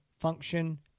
function